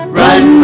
run